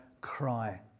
cry